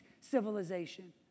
civilization